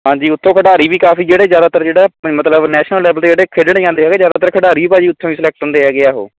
ਹਾਂਜੀ ਉੱਥੋ ਖਿਡਾਰੀ ਵੀ ਕਾਫ਼ੀ ਜਿਹੜੇ ਜ਼ਿਆਦਾਤਰ ਜਿਹੜਾ ਮਤਲਬ ਨੈਸ਼ਨਲ ਲੈਵਲ ਦੇ ਜਿਹੜੇ ਖੇਡਣ ਜਾਂਦੇ ਹੈਗੇ ਜ਼ਿਆਦਾਤਰ ਖਿਡਾਰੀ ਭਾਅ ਜੀ ਉੱਥੋ ਹੀ ਸਿਲੈਕਟ ਹੁੰਦੇ ਹੈਗੇ ਹੈ ਉਹ